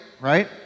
right